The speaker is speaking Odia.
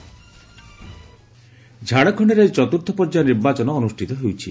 ଝାଡ଼ଖଣ୍ଡ ପୋଲିଂ ଝାଡ଼ଖଣ୍ଡରେ ଆଜି ଚତୁର୍ଥ ପର୍ଯ୍ୟାୟ ନିର୍ବାଚନ ଅନୁଷ୍ଠିତ ହେଉଛି